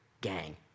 gang